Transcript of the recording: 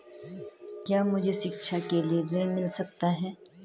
क्या मुझे शिक्षा के लिए ऋण मिल सकता है?